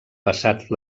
passat